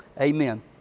Amen